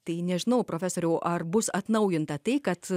tai nežinau profesoriau ar bus atnaujinta tai kad